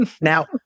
Now